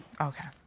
okay